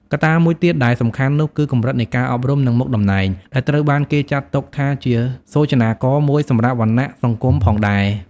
កត្តាមួយទៀតដែលសំខាន់នោះគឺកម្រិតនៃការអប់រំនិងមុខតំណែង ដែលត្រូវបានគេចាត់ទុកជាសូចនាករមួយសម្រាប់វណ្ណៈសង្គមផងដែរ។